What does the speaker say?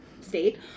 State